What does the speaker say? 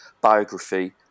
biography